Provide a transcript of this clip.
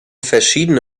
verschiedene